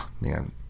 man